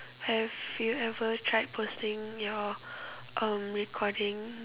have you ever tried posting your uh recording